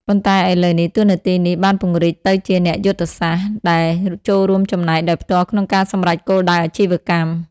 ប៉ុន្តែឥឡូវនេះ តួនាទីនេះបានពង្រីកទៅជាអ្នកយុទ្ធសាស្ត្រ ដែលចូលរួមចំណែកដោយផ្ទាល់ក្នុងការសម្រេចគោលដៅអាជីវកម្ម។